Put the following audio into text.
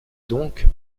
donc